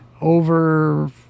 over